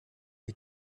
who